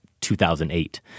2008